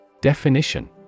Definition